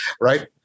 Right